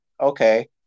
okay